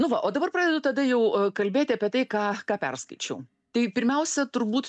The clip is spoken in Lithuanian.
nu va o dabar pradedu tada jau kalbėti apie tai ką ką perskaičiau tai pirmiausia turbūt